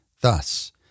Thus